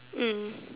mm